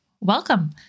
welcome